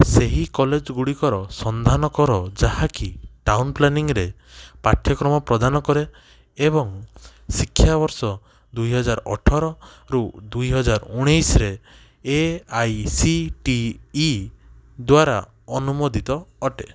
ସେହି କଲେଜ ଗୁଡ଼ିକର ସନ୍ଧାନ କର ଯାହାକି ଟାଉନ୍ ପ୍ଲାନିଂରେ ପାଠ୍ୟକ୍ରମ ପ୍ରଦାନ କରେ ଏବଂ ଶିକ୍ଷା ବର୍ଷ ଦୁଇହଜାର ଅଠରରୁ ଦୁଇହଜାର ଉଣେଇଶରେ A I C T E ଦ୍ଵାରା ଅନୁମୋଦିତ ଅଟେ